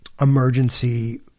emergency